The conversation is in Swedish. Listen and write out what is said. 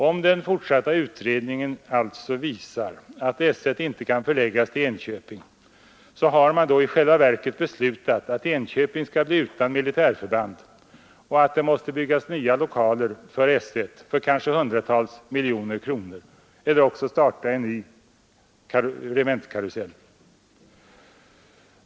Om den fortsatta utredningen alltså visar att S 1 inte kan förläggas till Enköping, har man i själva verket beslutat att Enköping skall bli utan militärförband och att det måste byggas nya lokaler för § 1 för kanske hundratals miljoner kronor eller startas en ny regementskarusell.